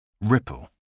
Ripple